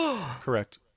Correct